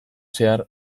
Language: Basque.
zehar